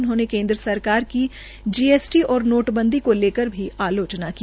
उन्होंने केन्द्र सरकार की जीएसटी और नोटबंदी को लेकर भी आलोचना की